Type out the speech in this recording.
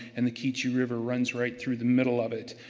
and the kichu river runs right through the middle of it.